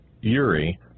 Uri